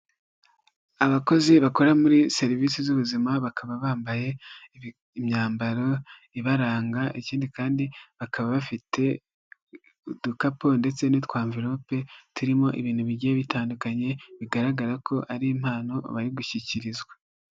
Abakozi bakora muri serivisi z'ubuzima bakaba bambaye imyambaro ibaranga, ikindi kandi bakaba bafite udukapu ndetse n'utwa mverope turimo ibintu bigiye bitandukanye bigaragara ko ari impano bari gushyikirizwa.